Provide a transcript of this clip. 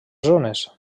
zones